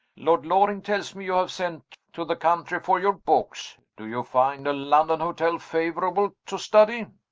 lord loring tells me you have sent to the country for your books. do you find a london hotel favorable to study?